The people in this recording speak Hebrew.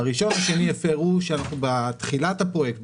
אנחנו בתחילת הפרויקט,